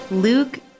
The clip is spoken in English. Luke